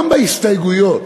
גם בהסתייגויות,